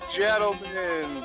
gentlemen